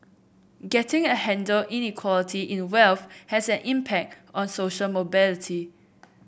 getting a handle Inequality in wealth has an impact on social mobility